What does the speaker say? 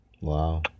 Wow